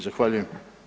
Zahvaljujem.